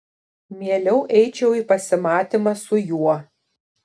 mieliau eičiau į pasimatymą su juo